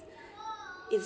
it's